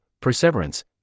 perseverance